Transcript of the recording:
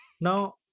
Now